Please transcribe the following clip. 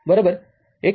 y x